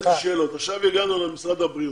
עכשיו הגענו למשרד הבריאות.